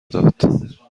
داد